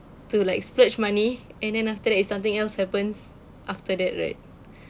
to like splurge money and then after that if something else happens after that right